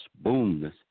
boom